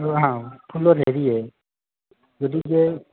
অঁ গতিকে